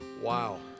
Wow